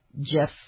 Jeff